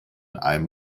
einem